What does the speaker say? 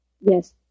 Yes